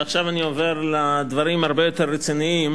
ועכשיו אני עובר לדברים הרבה יותר רציניים,